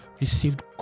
received